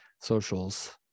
socials